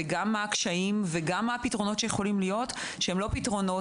מה הקשיים ומה הפתרונות שיכולים להיות שהם לא פתרונות